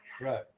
Right